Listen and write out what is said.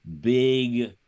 big